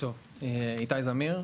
איתי זמיר,